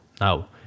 Now